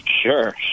Sure